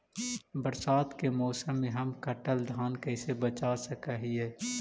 बरसात के मौसम में हम कटल धान कैसे बचा सक हिय?